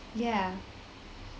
yeah